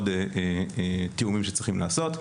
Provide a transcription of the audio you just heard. עוד תיאומים שצריך לעשות.